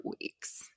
weeks